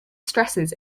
stresses